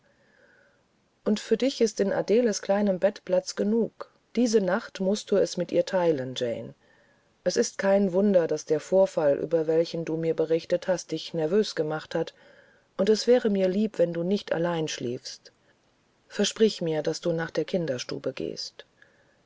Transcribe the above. und für dich ist in adeles kleinem bette platz genug diese nacht mußt du es mit ihr teilen jane es ist kein wunder daß der vorfall über welchen du mir berichtet hast dich nervös gemacht hat und es wäre mir lieber wenn du nicht allein schliefst versprich mir daß du nach der kinderstube gehst